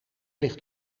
ligt